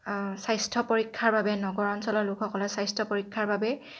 স্বাস্থ্য পৰীক্ষাৰ বাবে নগৰ অঞ্চলৰ লোকসকলে স্বাস্থ্য পৰীক্ষাৰ বাবে